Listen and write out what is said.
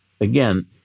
again